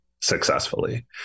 successfully